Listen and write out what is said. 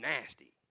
nasty